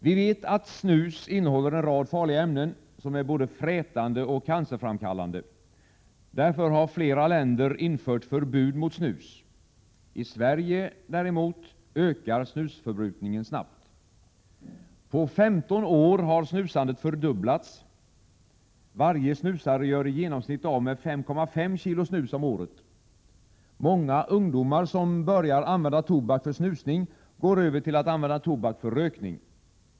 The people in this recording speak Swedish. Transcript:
Vi vet att snus innehåller en rad farliga ämnen, som är både frätande och cancerframkallande. Därför har flera länder infört förbud mot snus. I Sverige däremot ökar snusförbrukningen snabbt. På 15 år har snusandet fördubblats. Varje snusare gör i genomsnitt av med 5,5 kg snus om året. Många ungdomar som börjar använda tobak för snusning går över till att använda tobak för rökning.